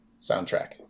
soundtrack